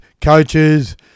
coaches